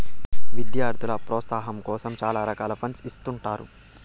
విద్యార్థుల ప్రోత్సాహాం కోసం చాలా రకాల ఫండ్స్ ఇత్తుంటారు